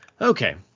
Okay